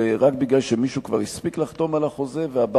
רק מפני שמישהו כבר הספיק לחתום על החוזה והבא